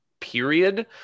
period